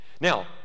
Now